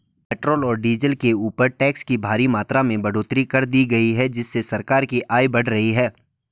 petrol और diesel के ऊपर टैक्स की भारी मात्रा में बढ़ोतरी कर दी गई है जिससे सरकार की आय बढ़ रही है